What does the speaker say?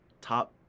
top